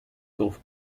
golf